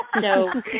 no